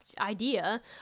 idea